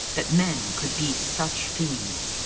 that men could be such fiends.